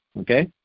Okay